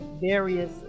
various